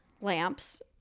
lamps